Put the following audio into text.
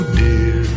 dear